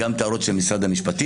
גם את ההערות של משרד המשפטים.